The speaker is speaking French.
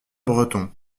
bretons